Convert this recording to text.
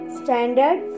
standard